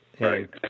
Right